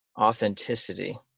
authenticity